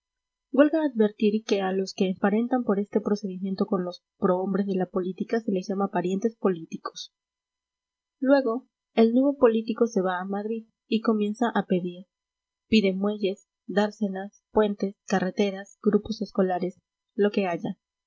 sobrinas huelga advertir que a los que emparentan por este procedimiento con los prohombres de la política se les llama parientes políticos luego el nuevo político se va a madrid y comienza a pedir pide muelles dársenas puentes carreteras grupos escolares lo que haya